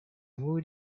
mood